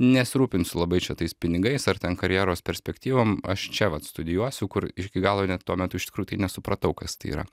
nesirūpinsiu labai čia tais pinigais ar ten karjeros perspektyvom aš čia vat studijuosiu kur iki galo net tuo metu iš tikrųjų tai nesupratau kas tai yra